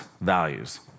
values